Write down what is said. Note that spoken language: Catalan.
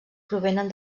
provenen